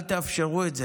אל תאפשרו את זה.